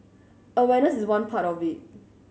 awareness is one part of it